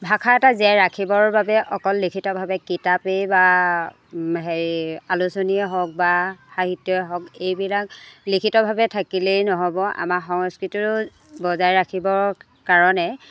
ভাষা এটা জীয়াই ৰাখিবৰ বাবে অকল লিখিতভাৱে কিতাপেই বা হেৰি আলোচনীয়ে হওক বা সাহিত্যই হওক এইবিলাক লিখিতভাৱে থাকিলেই নহ'ব আমাৰ সংস্কৃতিটো বজাই ৰাখিবৰ কাৰণে